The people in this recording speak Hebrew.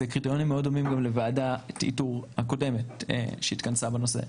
זה קריטריונים מאד דומים גם לוועדת איתור הקודמת שהתכנסה בנושא,